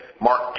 Mark